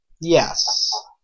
Yes